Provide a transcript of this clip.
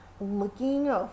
looking